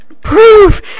PROOF